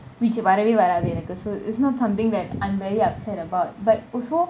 which வரவேய் வரத்து என்னக்கு :varavey varathu ennaku it's not something that I'm very upset about but also